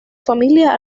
familia